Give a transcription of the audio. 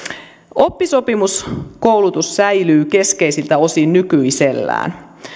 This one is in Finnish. oppisopimuskoulutus säilyy keskeisiltä osin nykyisellään